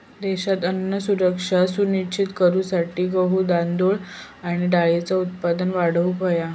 देशात अन्न सुरक्षा सुनिश्चित करूसाठी गहू, तांदूळ आणि डाळींचा उत्पादन वाढवूक हव्या